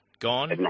Gone